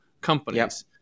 companies